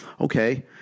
Okay